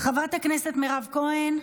חברת הכנסת מירב כהן,